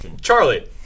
Charlie